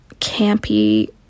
campy